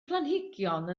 planhigion